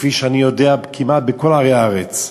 כפי שאני יודע, כמעט בכל ערי הארץ,